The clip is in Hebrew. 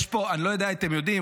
אני לא יודע אם אתם יודעים,